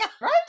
right